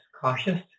cautious